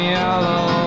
yellow